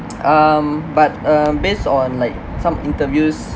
um but um based on like some interviews